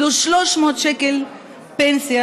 פלוס 300 שקלים פנסיה,